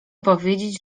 powiedzieć